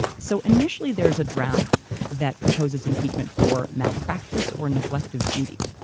so initially there's a draft that proposes impeachment for malpractice or neglective duty.